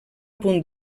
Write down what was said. punt